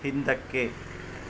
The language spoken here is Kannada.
ಹಿಂದಕ್ಕೆ